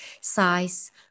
size